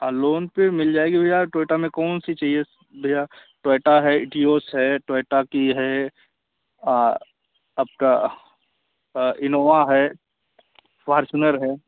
हाँ लोन पर मिल जाएगी भैया टोयोटा में कौन सी चाहिए भैया टोयोटा है इटियोस है टोयोटा की है आपका इनोवा है फ़ॉचूनर है